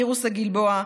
אירוס הגלבוע,